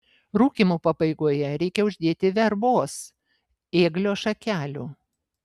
rūkymo pabaigoje reikia uždėti verbos ėglio šakelių